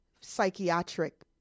psychiatric